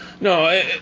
No